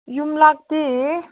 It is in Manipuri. ꯌꯨꯝꯅꯥꯛꯇꯤ